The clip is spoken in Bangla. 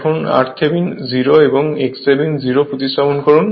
এখন r থেভনিন 0 এবং x থেভনিন 0 প্রতিস্থাপন করুন